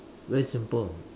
very simple